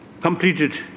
completed